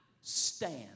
stand